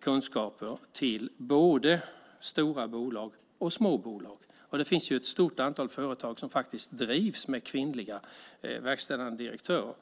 kunskaper till både stora bolag och små bolag. Det finns ett stort antal företag som drivs med kvinnliga verkställande direktörer.